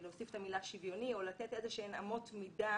להוסיף את המילה "שוויוני" או לתת איזה שהן אמות מידה